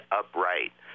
upright